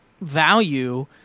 value